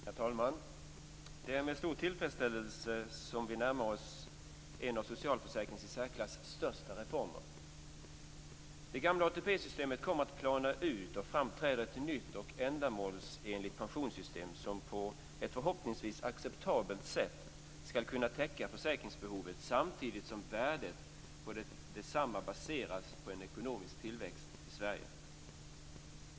Herr talman! Det är med stor tillfredsställelse som vi närmar oss en av socialförsäkringens i särklass största reformer. Det gamla ATP-systemet kommer att plana ut och fram träder ett nytt och ändamålsenligt pensionssystem som på ett, förhoppningsvis, acceptabelt sätt skall kunna täcka försäkringsbehovet samtidigt som värdet på detsamma baseras på en ekonomisk tillväxt i Sverige.